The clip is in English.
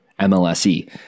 MLSE